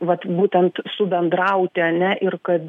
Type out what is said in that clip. vat būtent subendrauti ane ir kad